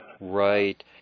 Right